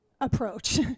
approach